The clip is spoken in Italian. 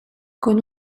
con